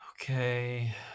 Okay